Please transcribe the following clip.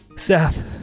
Seth